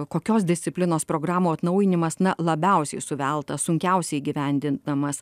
kokios disciplinos programų atnaujinimas na labiausiai suveltas sunkiausiai įgyvendinamas